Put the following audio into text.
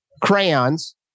crayons